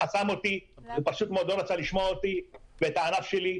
חסם אותי ופשוט מאוד לא רצה לשמוע אותי ואת הענף שלי.